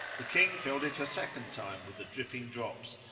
the king filled it a second time with the dripping drops,